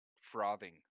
frothing